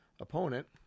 opponent